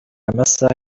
amasaha